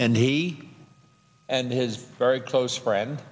and he and his very close friend